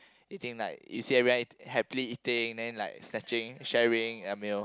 eating like you see everyone eating happily eating then like snatching sharing a meal